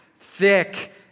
thick